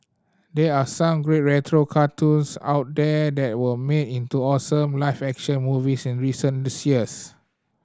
they are some great retro cartoons out there that were made into awesome live action movies in recent years